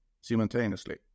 simultaneously